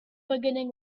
beginning